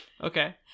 okay